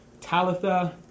Talitha